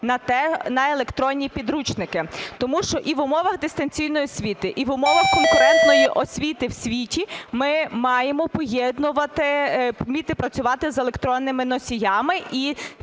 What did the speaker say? на електронні підручники. Тому що і в умовах дистанційної освіти, і в умовах конкурентної освіти у світі ми маємо поєднувати, вміти працювати з електронними носіями.